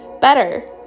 better